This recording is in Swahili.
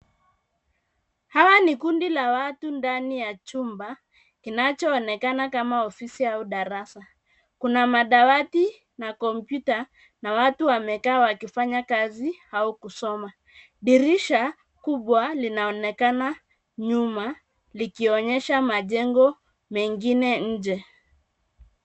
Hawa ni kundi la watu ndani ya chumba kinachoonekana kama ofisi au darasa. Kuna madawati na kompyuta na watu wamekaa wakifanya kazi au kusoma. Dirisha kubwa linaonekana nyuma likionyesha majengo mengine nje.